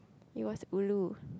it was ulu